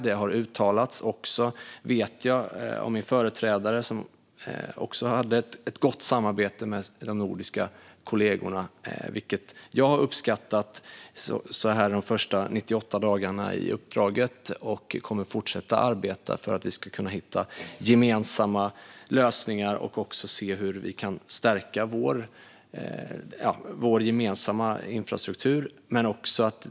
Det har även uttalats av min företrädare. Han hade också ett gott samarbete med de nordiska kollegorna, vilket jag har uppskattat under mina första 98 dagar i uppdraget. Jag kommer att fortsätta arbeta för att vi ska kunna hitta gemensamma lösningar och se hur vi kan stärka vår gemensamma infrastruktur.